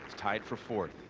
tied for fourth.